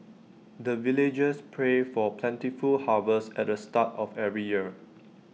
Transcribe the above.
the villagers pray for plentiful harvest at the start of every year